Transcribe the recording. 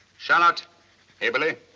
charlotte eberli,